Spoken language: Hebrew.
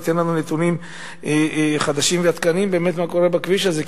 וייתן לנו נתונים חדשים ועדכניים באמת מה קורה בכביש הזה.